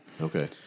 Okay